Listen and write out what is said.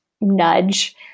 nudge